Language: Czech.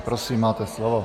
Prosím, máte slovo.